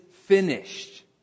finished